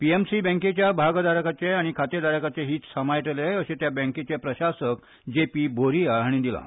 पीएमसी बँकेच्या भागधारकाचे आनी खातेधारकाचे हीत सांबाळटले अशें त्या बँकेचे प्रशासक जेपी भोरिया हांणी दिलां